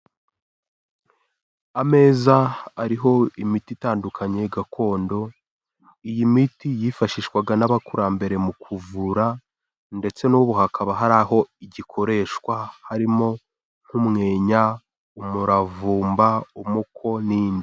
Ameza ariho imiti itandukanye gakondo, iyi miti yifashishwaga n'abakurambere mu kuvura ndetse n'ubu hakaba hari aho igikoreshwa harimo nk'umwenya, umuravumba, umuko n'indi.